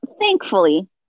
Thankfully